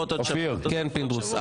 כן, פינדרוס.